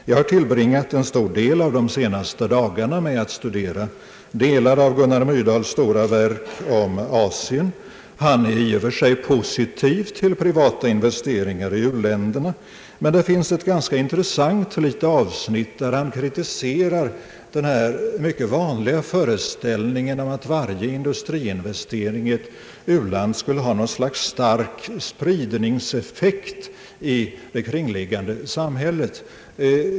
Jag har tillbringat en stor del av de senaste dagarna med att studera delar av Gunnar Myrdals stora verk om Asien. Han är i och för sig positiv till privata investeringar i u-länderna, men det finns ett ganska intressant avsnitt där han kritiserar den här i landet mycket vanliga föreställningen att varje industriinvestering i ett u-land skulle ha något slags stark spridningseffekt i det kringliggande samhället.